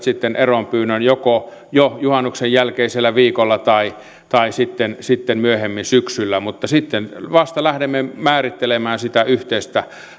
sitten eronpyynnön joko jo juhannuksen jälkeisellä viikolla tai tai sitten sitten myöhemmin syksyllä mutta sitten vasta lähdemme määrittelemään sitä yhteistä